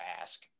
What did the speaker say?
ask